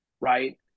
right